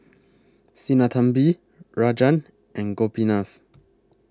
Sinnathamby Rajan and Gopinath